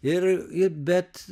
ir ir bet